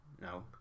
No